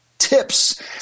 tips